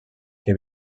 que